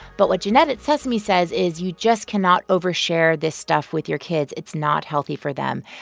but what jeanette at sesame says is you just cannot overshare this stuff with your kids. it's not healthy for them.